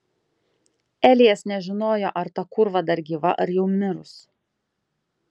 elijas nežinojo ar ta kūrva dar gyva ar jau mirus